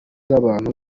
z’abantu